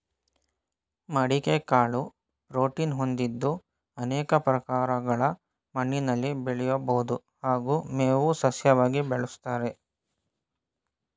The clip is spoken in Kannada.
ಮಡಿಕೆ ಕಾಳು ಪ್ರೋಟೀನ್ ಹೊಂದಿದ್ದು ಅನೇಕ ಪ್ರಕಾರಗಳ ಮಣ್ಣಿನಲ್ಲಿ ಬೆಳಿಬೋದು ಹಾಗೂ ಮೇವು ಸಸ್ಯವಾಗಿ ಬೆಳೆಸ್ತಾರೆ